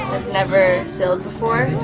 i've never sailed before.